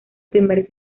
primer